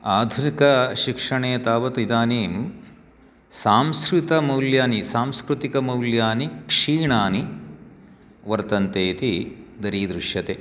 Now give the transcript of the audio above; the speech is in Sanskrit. आधुनिकशिक्षणे तावत् इदानीं सांस्कृतमौल्यानि सांस्कृतिकमौल्यानि क्षीणानि वर्तन्ते इति दरीदृश्यते